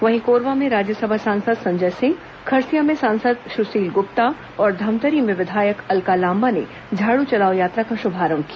वहीं कोरबा में राज्यसभा सांसद संजय सिंह खरसिया में सांसद सुशील गुप्ता और धमतरी में विधायक अलका लांबा ने झाड़ू चलाओ यात्रा का शुभारंभ किया